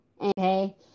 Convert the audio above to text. Okay